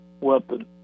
weapon